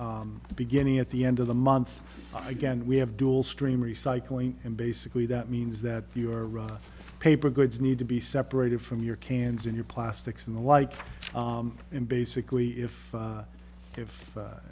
beginning at the end of the month again we have dual stream recycling and basically that means that your rough paper goods need to be separated from your cans in your plastics and the like and basically if